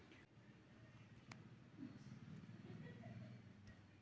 आंतरराष्ट्रीय वित्त मध्ये आम्हाला दोन देशांमधील आर्थिक परस्परसंवादाबद्दल शिकवले जाते